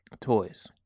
Toys